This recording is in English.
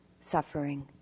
suffering